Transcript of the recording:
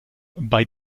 bei